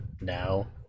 now